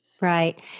right